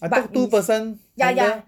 I thought two person handle